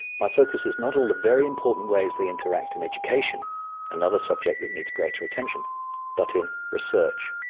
my focus is not all the very important ways they interact in education another subject that needs greater attention but in research.